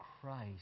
Christ